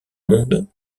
monde